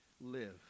live